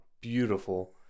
beautiful